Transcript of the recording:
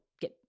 get